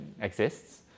exists